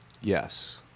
Yes